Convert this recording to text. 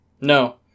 No